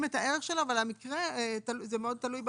את הערך שלו אבל זה מאוד תלוי במקרה.